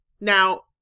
Now